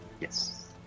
Yes